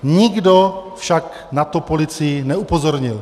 Nikdo však na to policii neupozornil.